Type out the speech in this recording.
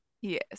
Yes